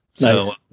Nice